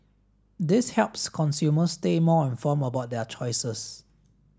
this helps consumers stay more informed about their choices